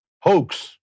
hoax